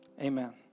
Amen